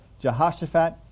Jehoshaphat